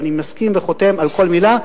ואני מסכים וחותם על כל מלה.